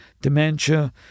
dementia